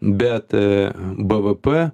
bet bvp